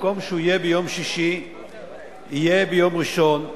במקום שהוא יהיה ביום שישי יהיה ביום ראשון,